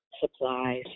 supplies